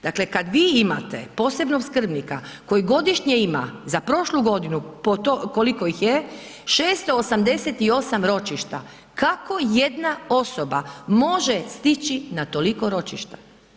Dakle, kad vi imate posebnog skrbnika koji godišnje ima za prošlu godinu po to koliko ih je 688 ročišta, kako jedna osoba može stići na toliko ročišta.